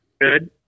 Good